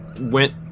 went